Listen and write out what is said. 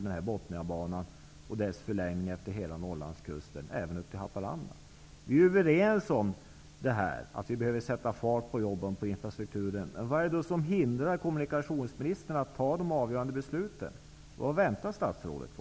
Norrlandskusten, även upp till Haparanda? Vi är överens om att vi behöver sätta fart när det gäller jobben och infrastrukturen. Vad är det som hindrar kommunikationsministern att fatta de avgörande besluten? Vad väntar statsrådet på?